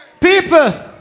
People